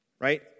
Right